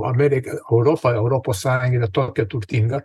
amerika europa europos sąjunga yra tokia turtinga